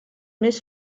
més